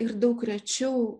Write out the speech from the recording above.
ir daug rečiau